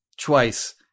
twice